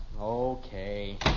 Okay